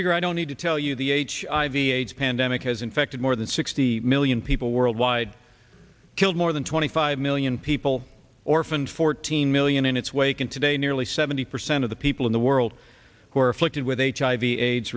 or i don't need to tell you the h i v aids pandemic has infected more than sixty million people worldwide killed more than twenty five million people orphaned fourteen million in its wake and today nearly seventy percent of the people in the world who are afflicted with hiv aids